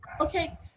Okay